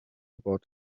about